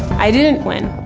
i didn't win,